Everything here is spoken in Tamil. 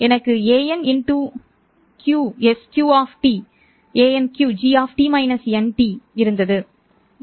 எனக்கு anQ g இருந்தது